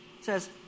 says